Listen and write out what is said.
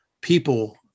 people